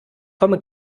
komme